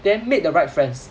then make the right friends